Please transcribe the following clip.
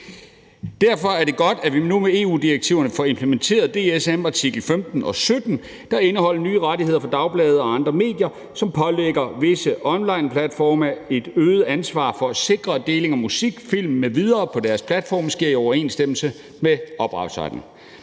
Derfor er det godt, at vi nu med EU-direktiverne får implementeret DSM-direktivets artikel 15 og 17, der indeholder nye rettigheder for dagblade og andre medier, og som pålægger visse onlineplatforme et øget ansvar for at sikre, at deling af musik, film m.v. på deres platforme sker i overensstemmelse med ophavsretten.